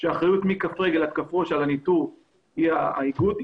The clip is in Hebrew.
שהאחריות מכף רגל עד ראש על הניטור היא עליו.